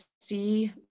see